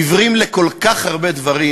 עיוורים לכל כך הרבה דברים,